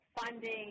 funding